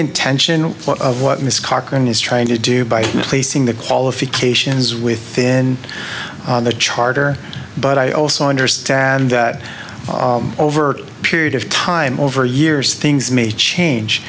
intention of what miss cochran is trying to do by misplacing the qualifications within the charter but i also understand that over a period of time over years things may change